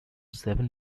seven